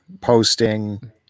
posting